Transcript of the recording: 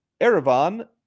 Erevan